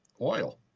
oil